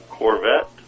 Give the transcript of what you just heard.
Corvette